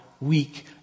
weak